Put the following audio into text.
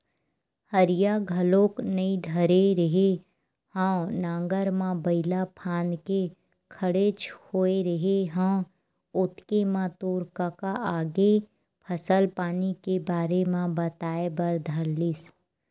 हरिया घलोक नइ धरे रेहे हँव नांगर म बइला फांद के खड़ेच होय रेहे हँव ओतके म तोर कका आगे फसल पानी के बारे म बताए बर धर लिस